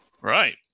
Right